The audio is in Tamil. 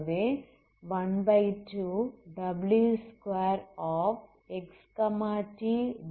ஆகவே 12w2xt⏟dxB0